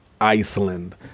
Iceland